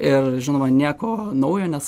ir žinoma nieko naujo nes